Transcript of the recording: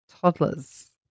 toddlers